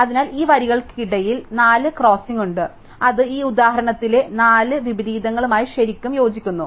അതിനാൽ ഈ വരികൾക്കിടയിൽ 4 ക്രോസിംഗ് ഉണ്ട് അത് ഈ ഉദാഹരണത്തിലെ നാല് വിപരീതങ്ങളുമായി ശരിക്കും യോജിക്കുന്നു